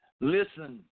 Listen